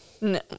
No